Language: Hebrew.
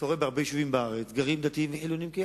אתה רואה שבהרבה יישובים בארץ גרים דתיים וחילונים כאחד,